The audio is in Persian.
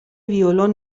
ویلون